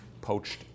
poached